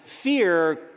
fear